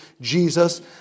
Jesus